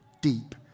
deep